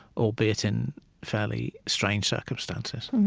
albeit in fairly strange circumstances